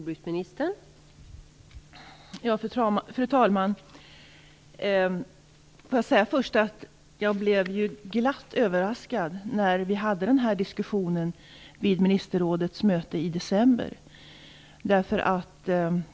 Fru talman! Jag blev glatt överraskad när vi hade denna diskussion vid ministerrådets möte i december.